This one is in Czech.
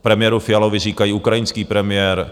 Premiéru Fialovi říkají ukrajinský premiér.